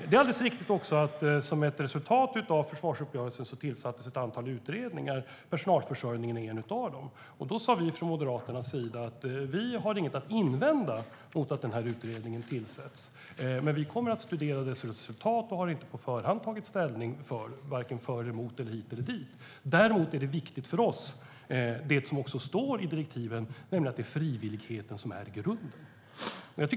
Det är alldeles riktigt att ett antal utredningar tillsattes som ett resultat av försvarsuppgörelsen. Den om personalförsörjningen är en av dem. Från Moderaternas sida sa vi att vi inte har någonting att invända mot att utredningen tillsätts. Vi kommer att studera dess resultat och har inte på förhand tagit ställning vare sig för eller emot, hit eller dit. Däremot är det viktigt för oss - och det står också i direktiven - att frivilligheten är grunden.